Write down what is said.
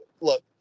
look